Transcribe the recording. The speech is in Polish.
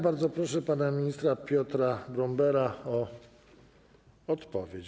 Bardzo proszę pana ministra Piotra Brombera o odpowiedź.